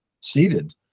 seated